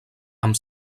amb